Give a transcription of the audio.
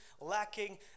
lacking